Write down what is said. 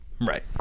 Right